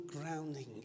grounding